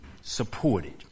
supported